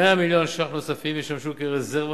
100 מיליון שקלים נוספים ישמשו רזרבה